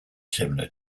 similar